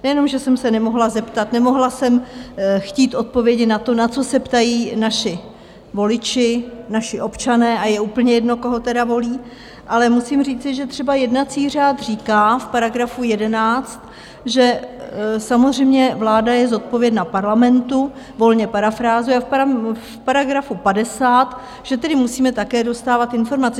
Nejenom že jsem se nemohla zeptat, nemohla jsem chtít odpovědi na to, na co se ptají naši voliči, naši občané, a je úplně jedno, koho tedy volí, ale musím říci, že třeba jednací řád říká v § 11, že samozřejmě vláda je zodpovědná Parlamentu, volně parafrázuji, a v § 50, že tedy musíme také dostávat informace.